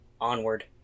onward